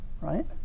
right